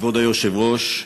כבוד היושב-ראש,